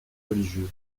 religieux